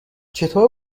چطور